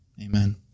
Amen